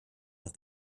noch